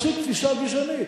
מציג תפיסה גזענית,